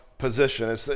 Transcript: Position